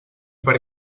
per